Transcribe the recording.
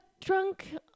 drunk